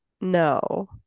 No